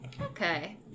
Okay